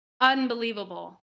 unbelievable